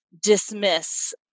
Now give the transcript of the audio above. dismiss